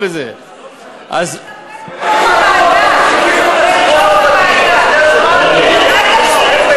ואני יודע שטיפלת בזה אישית, גם בכפר-שלם וגם בזה.